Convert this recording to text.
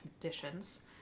conditions